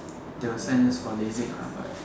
they will send us for lasik but